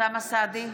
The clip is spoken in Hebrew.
אוסאמה סעדי,